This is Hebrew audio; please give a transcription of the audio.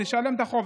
תשלם את החוב.